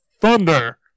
thunder